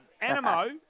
Animo